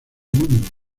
mundo